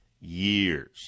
years